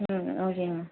ம் ஓகேங்க மேம்